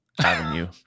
avenue